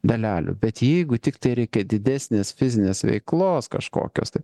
dalelių bet jeigu tiktai reikia didesnės fizinės veiklos kažkokios tai